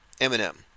Eminem